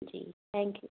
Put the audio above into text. ji thank you